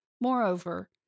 Moreover